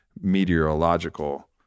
meteorological